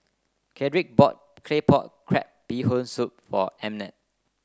Cedrick bought Claypot Crab Bee Hoon Soup for Emmett